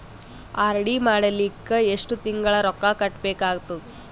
RD ಮಾಡಲಿಕ್ಕ ಎಷ್ಟು ತಿಂಗಳ ರೊಕ್ಕ ಕಟ್ಟಬೇಕಾಗತದ?